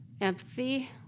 empathy